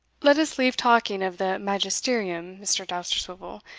let us leave talking of the magisterium, mr. dousterswivel,